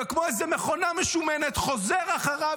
וכמו איזה מכונה משומנת חוזר אחריו,